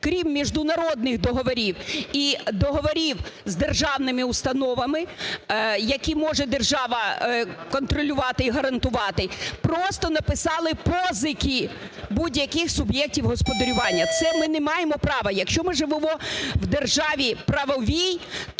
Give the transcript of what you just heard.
крім міжнародних договорів і договорів з державними установами, які може держава контролювати і гарантувати, просто написали позики будь-яких суб'єктів господарювання, це ми не маємо права. Якщо ми живемо в державі правовій,